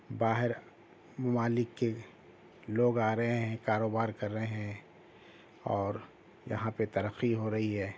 باہر ممالک کے لوگ آ رہے ہیں کاروبار کر رہے ہیں اور یہاں پہ ترقی ہو رہی ہے